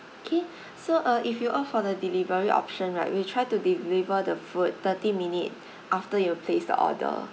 okay so uh if you opt for the delivery option right we try to deliver the food thirty minute after you placed the order